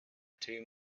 two